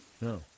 No